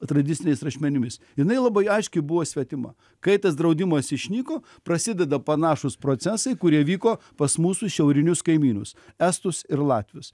tradiciniais rašmenimis jinai labai aiškiai buvo svetima kai tas draudimas išnyko prasideda panašūs procesai kurie vyko pas mūsų šiaurinius kaimynus estus ir latvius